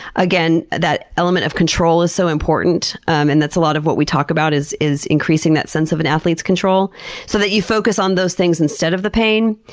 again, that element of control is so important. and that's a lot of what we talk about is is increasing that sense of an athlete's control so you focus on those things instead of the pain.